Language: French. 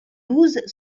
douze